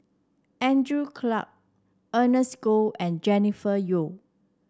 Andrew Clarke Ernest Goh and Jennifer Yeo